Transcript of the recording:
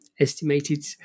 estimated